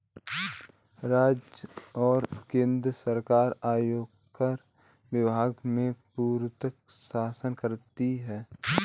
राज्य और केन्द्र सरकार आयकर विभाग में पूर्णतयः शासन करती हैं